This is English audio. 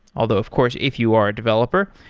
although of course if you are a developer,